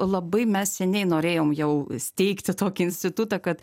labai mes seniai norėjom jau steigti tokį institutą kad